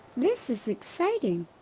this is exciting!